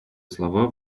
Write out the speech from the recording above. слова